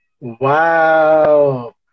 Wow